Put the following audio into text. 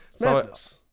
Madness